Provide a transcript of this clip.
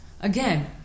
again